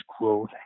growth